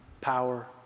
power